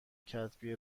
کتبی